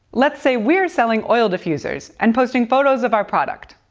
let's say we're selling oil diffusers, and posting photos of our product.